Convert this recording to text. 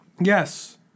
Yes